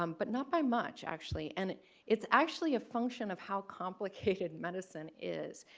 um but not by much actually and it's actually a function of how complicated medicine is.